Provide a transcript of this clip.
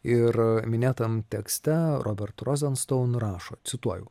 ir minėtam tekste robert rozonstuon rašo cituoju